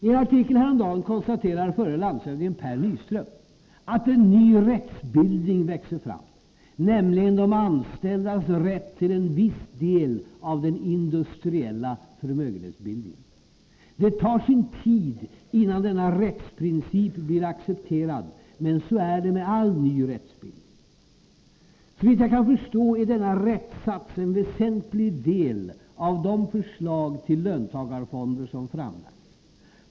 I en artikel häromdagen konstaterar förre landshövdingen Per Nyström att ”en ny rättsbildning växer fram, nämligen de anställdas rätt till viss del av den industriella förmögenhetsbildningen. Det tar sin tid innan denna rättsprincip blir accepterad, men så är det med all ny rättsbildning. Såvitt jag kan förstå är denna rättssats en väsentlig del av de förslag till löntagarfonder som framlagts.